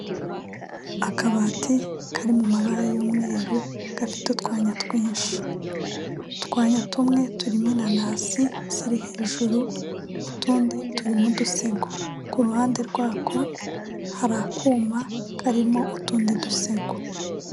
Akabati kari mu mabara y'umweru gafite utwanya twinshi, utwanya tumwe turimo inanasi ziri hejuru utundi turimo udusego, ku ruhande rwako hari akuma karimo utundi dusego.